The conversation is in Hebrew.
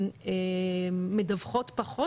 מדווחות פחות,